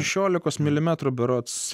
šešiolikos milimetrų berods